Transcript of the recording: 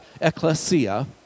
ecclesia